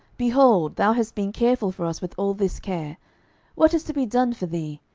behold, thou hast been careful for us with all this care what is to be done for thee?